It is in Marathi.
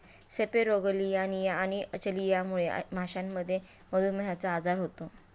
सेपेरोगेलियानिया आणि अचलियामुळे माशांमध्ये मधुमेहचा आजार होतो